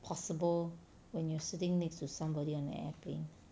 possible when you're sitting next to somebody on airplane